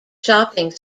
shopping